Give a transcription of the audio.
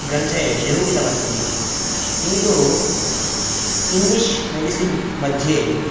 ग्रन्थे निरूपितमस्ति किन्तु इङ्ग्लिष् मेडिसिन् मध्ये